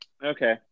Okay